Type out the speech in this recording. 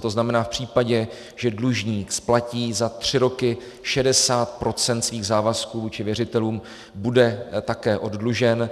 To znamená, v případě, že dlužník splatí za tři roky 60 % svých závazků vůči věřitelům, bude také oddlužen.